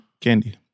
candy